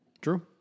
True